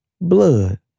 blood